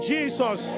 Jesus